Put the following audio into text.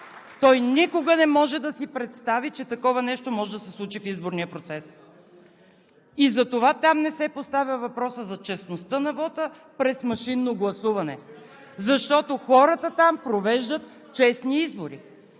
Той никога не може да си представи, че такова нещо може да се случи в изборния процес. Там не се поставя въпросът за честността на вота през машинно гласуване, защото хората там провеждат честни избори.